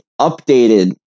updated